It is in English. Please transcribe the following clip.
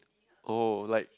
oh like